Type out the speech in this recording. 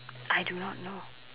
I do not know